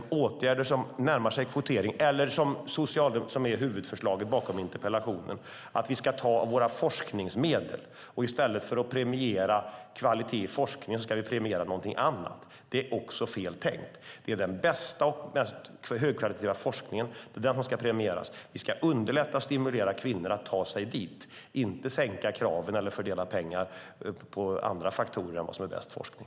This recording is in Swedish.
Men åtgärder som närmar sig kvotering, som är huvudförslaget bakom interpellationen, och som handlar om att vi ska ta våra forskningsmedel för att, i stället för att premiera kvalitet i forskningen, premiera någonting annat är också fel tänkt. Det är den bästa och den mest högkvalitativa forskningen som ska premieras. Vi ska underlätta för och stimulera kvinnor att ta sig dit men inte sänka kraven eller fördela pengar på annat än det som är bäst forskning.